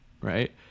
right